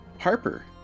Harper